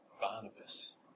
Barnabas